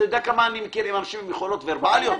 אתה יודע כמה אנשים עם יכולות ורבליות אני מכיר?